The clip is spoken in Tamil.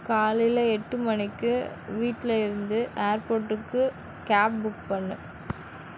காலையில் எட்டு மணிக்கு வீட்டில் இருந்து ஏர்போர்ட்டுக்கு கேப் புக் பண்ணு